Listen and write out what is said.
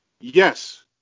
Yes